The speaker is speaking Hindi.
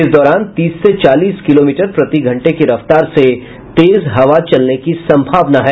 इस दौरान तीस से चालीस किलोमीटर प्रति घंटे की रफ्तार से तेज हवा चलने की सम्भावना है